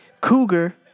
Cougar